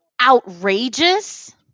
outrageous